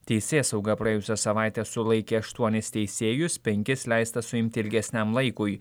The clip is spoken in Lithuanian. teisėsauga praėjusią savaitę sulaikė aštuonis teisėjus penkis leista suimti ilgesniam laikui